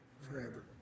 forever